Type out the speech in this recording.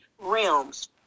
realms